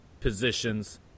positions